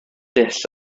dull